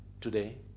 today